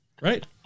right